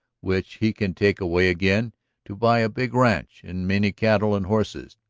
which he can take away again to buy a big ranch and many cattle and horses.